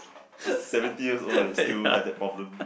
it's seventeen years old and still have that problem